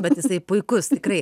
bet jisai puikus tikrai